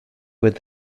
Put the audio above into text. with